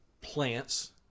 plants